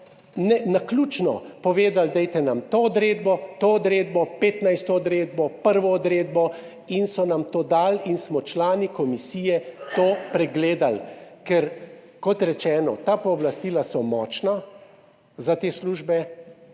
naključno povedali, dajte nam to odredbo, to odredbo, petnajsto odredbo, prvo odredbo in so nam to dali in smo člani komisije to pregledali. Ker kot rečeno, ta pooblastila so močna za te službe